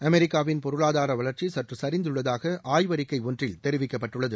அமெரிக்காவின் பொருளாதார வளர்ச்சி சற்று சரிந்துள்ளதாக ஆய்வறிக்கை ஒன்றில் தெரிவிக்கப்பட்டுள்ளது